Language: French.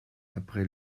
après